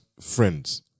friends